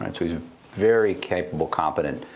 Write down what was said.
and so he's very capable, competent,